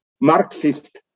Marxist